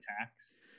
attacks